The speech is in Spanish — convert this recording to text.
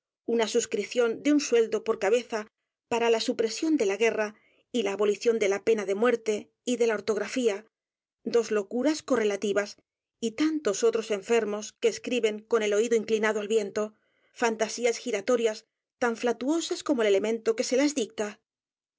una suscrición de un sueldo por cabeza para la supresión de la guerra y la abolición de la pena de muerte y de la ortografía dos locuras correlativas y tantos otros enfermos que escriben con el oído inclinado al viento fantasías giratorias tan flatuosas como el elemento que se las dicta